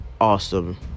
awesome